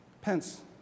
Pence